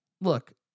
Look